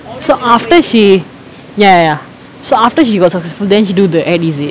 so after she ya ya ya so after she was sccessful then she do the advertisement is it